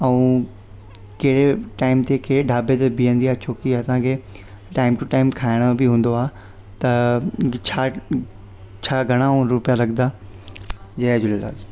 अऊं कहिड़े टाइम ते कहिड़े ढाबे ते बीहंदी आहे छोकी असांखे टाइम टू टाइम खाइणो बि हूंदो आहे त छा छा घणा रुपया लॻंदा जय झूलेलाल